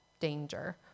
danger